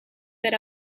that